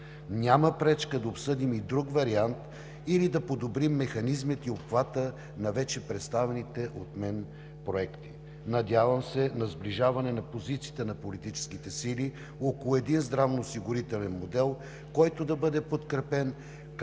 Няма пречка да обсъдим и друг вариант или да подобрим механизмите и обхвата на вече представените от мен проекти. Надявам се на сближаване на позициите на политическите сили около един здравноосигурителен модел, който да бъде подкрепен